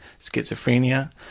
schizophrenia